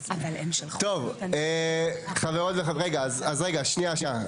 טוב, רגע, אז שנייה.